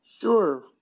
Sure